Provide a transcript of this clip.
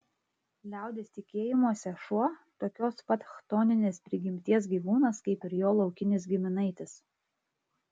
liaudies tikėjimuose šuo tokios pat chtoninės prigimties gyvūnas kaip ir jo laukinis giminaitis